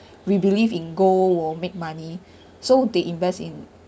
we believe in gold will make money so they invest in